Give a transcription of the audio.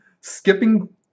skipping